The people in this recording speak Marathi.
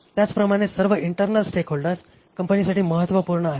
त्याचप्रमाणे आपले सर्व इंटरनल स्टेकहोल्डर्स कंपनीसाठी महत्वपूर्ण आहेत